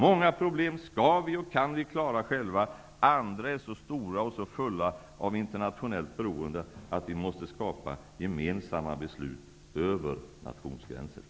Många problem skall vi och kan vi klara själva. Andra problem är så stora och fulla av internationellt beroende att vi måste skapa gemensamma beslut över nationsgränserna.